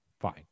Fine